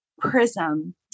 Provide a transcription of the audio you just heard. prism